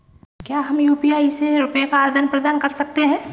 क्या हम यू.पी.आई से रुपये का आदान प्रदान कर सकते हैं?